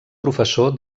professor